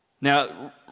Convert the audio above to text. Now